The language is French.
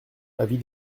avis